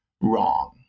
wrong